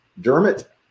Dermot